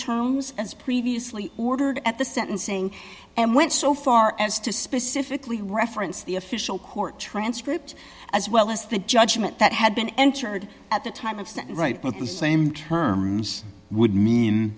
terms as previously ordered at the sentencing and went so far as to specifically reference the official court transcript as well as the judgment that had been entered at the time of sentence the same terms would mean